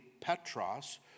Petros